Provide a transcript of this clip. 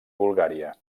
bulgària